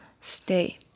Stay